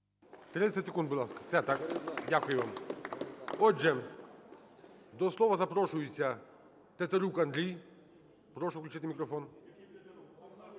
30 секунд, будь ласка. Все, так? Дякую вам. Отже, до слова запрошується Тетерук Андрій. Прошу включити мікрофон.